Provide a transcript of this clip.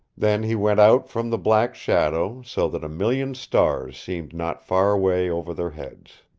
then he went out from the black shadow, so that a million stars seemed not far away over their heads.